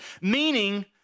Meaning